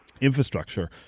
infrastructure